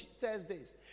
Thursdays